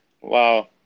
wow